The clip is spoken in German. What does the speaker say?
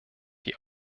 die